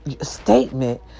statement